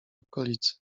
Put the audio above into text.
okolicy